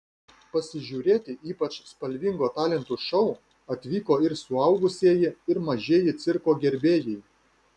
pasižiūrėti ypač spalvingo talentų šou atvyko ir suaugusieji ir mažieji cirko gerbėjai